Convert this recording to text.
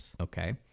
okay